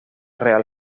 real